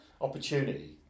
opportunity